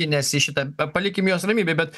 ines į šitą palikim juos ramybėj bet